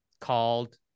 called